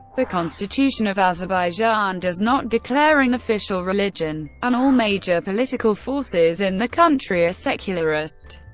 the constitution of azerbaijan does not declare an official religion and all major political forces in the country are secularist.